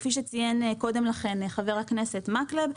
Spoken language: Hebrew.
כפי שציין קודם לכן חבר הכנסת מקלב,